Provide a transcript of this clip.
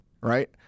Right